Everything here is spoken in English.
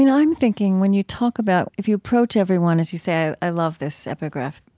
and i'm thinking when you talk about if you approach everyone, as you say i love this epigraph,